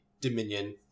Dominion